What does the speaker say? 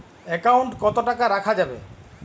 Account কত টাকা রাখা যাবে?